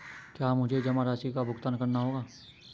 क्या मुझे जमा राशि का भुगतान करना होगा?